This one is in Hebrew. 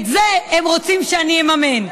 את זה הם רוצים שאני אממן.